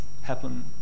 happen